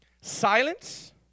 Silence